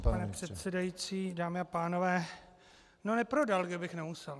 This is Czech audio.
Pane předsedající, dámy a pánové, no, neprodal, kdybych nemusel.